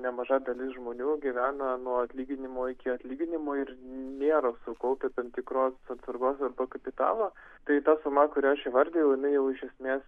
nemaža dalis žmonių gyvena nuo atlyginimo iki atlyginimo ir nėra sukaupę tam tikros atsargos arba kapitalo tai ta suma kurią aš įvardijau jinai iš esmės